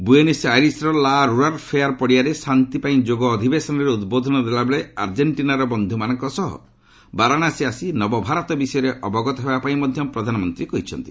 Buenos ଆଇରିସ୍ର La Rural fair ପଡ଼ିଆରେ ଶାନ୍ତି ପାଇଁ ଯୋଗ ଅଧିବେଶନରେ ଉଦ୍ବୋଧନ ଦେଲାବେଳେ ଆର୍ଜେଣ୍ଟିନାର ବନ୍ଧ୍ରମାନଙ୍କ ସହ ବାରାଣାସୀ ଆସି ନବଭାରତ ବିଷୟରେ ଅବଗତ ହେବା ପାଇଁ ମଧ୍ୟ ପ୍ରଧାନମନ୍ତ୍ରୀ କହିଛନ୍ତି